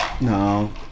No